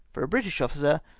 for a british officer,